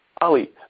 Ali